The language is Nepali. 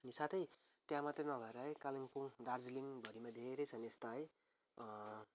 साथै त्यहाँ मात्रै नभएर है कालिम्पोङ दार्जिलिङभरिमा धेरै छन् यस्ता है